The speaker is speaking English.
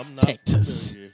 Texas